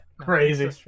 Crazy